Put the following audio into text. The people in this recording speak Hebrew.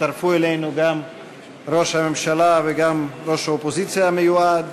יצטרפו אלינו גם ראש הממשלה וגם ראש האופוזיציה המיועד,